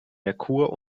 merkur